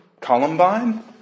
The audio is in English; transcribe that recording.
Columbine